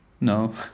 No